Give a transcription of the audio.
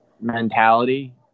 mentality